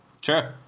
Sure